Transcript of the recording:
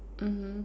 mmhmm